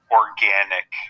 organic